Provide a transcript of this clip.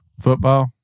Football